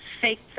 fake